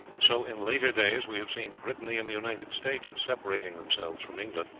so in later days we have seen brittany and the united states separating themselves from england,